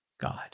God